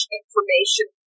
information